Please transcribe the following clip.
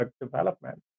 development